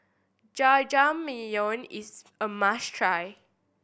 jajangmyeon is a must try